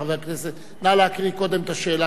נא להקריא קודם את השאלה כפי שאושרה.